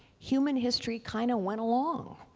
human history kind of went along,